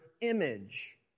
image